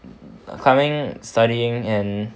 climbing studying and